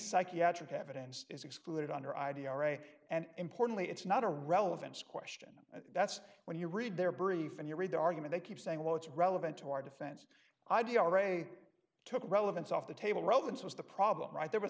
psychiatric have it and is excluded under idea right and importantly it's not a relevant question and that's when you read their brief and you read the argument they keep saying well it's relevant to our defense idea ray took relevance off the table relevance was the problem right there w